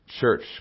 church